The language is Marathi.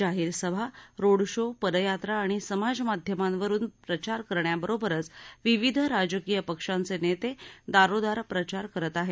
जाहीर सभा रोड शो पदयात्रा आणि सामाजमाध्यमांवरून प्रचार करण्याबरोबरच विविध राजकीय पक्षांचे नेते दारोदार प्रचार करत आहेत